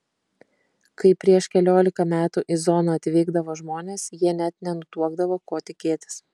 kai prieš keliolika metų į zoną atvykdavo žmonės jie net nenutuokdavo ko tikėtis